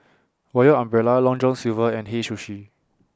Royal Umbrella Long John Silver and Hei Sushi